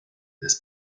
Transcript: des